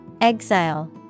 Exile